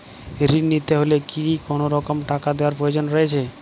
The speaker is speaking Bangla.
ঋণ নিতে হলে কি কোনরকম টাকা দেওয়ার প্রয়োজন রয়েছে?